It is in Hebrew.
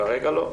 כרגע לא.